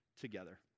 together